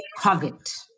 covid